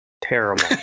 Terrible